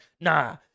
nah